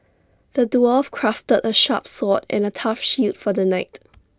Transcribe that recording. the dwarf crafted A sharp sword and A tough shield for the knight